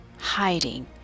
hiding